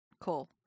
Cool